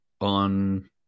on